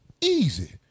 easy